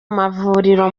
mavuriro